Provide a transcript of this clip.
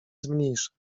zmniejsza